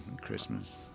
christmas